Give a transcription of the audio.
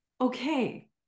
Okay